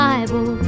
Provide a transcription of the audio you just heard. Bible